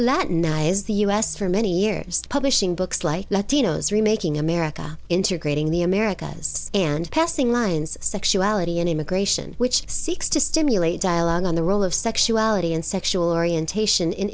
latinized the us for many years publishing books like latinos remaking america into grading the americas and passing lines sexuality and immigration which seeks to stimulate dialogue on the role of sexuality and sexual orientation i